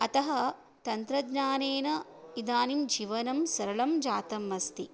अतः तन्त्रज्ञानेन इदानीं जीवनं सरलं जातम् अस्ति